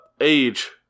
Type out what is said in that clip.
age